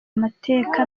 amateka